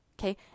Okay